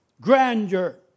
grandeur